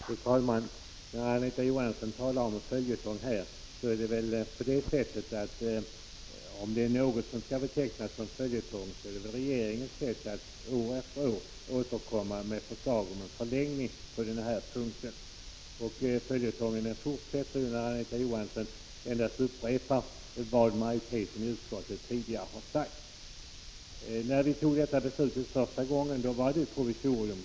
Fru talman! Anita Johansson talade om följetong, men är det något som skall betecknas som följetong är det väl regeringens sätt att år efter år återkomma med förslag om förlängning. Följetongen fortsätter, eftersom Anita Johansson endast upprepar vad majoriteten i utskottet tidigare har sagt. När beslutet fattades första gången var det fråga om ett provisorium.